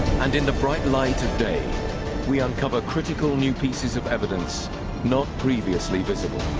and in the bright light of day we uncover critical new pieces of evidence not previously visible.